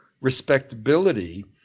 respectability